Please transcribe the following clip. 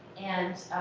and